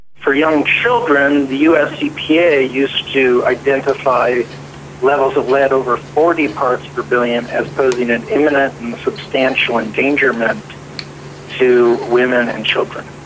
for young children the us epa used to identify levels of lead over forty parts per billion as posing an imminent and substantial endangerment to women and children.